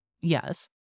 Yes